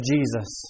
Jesus